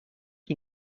que